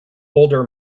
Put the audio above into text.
older